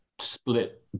split